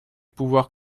pouvoir